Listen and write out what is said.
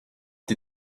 die